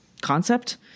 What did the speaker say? concept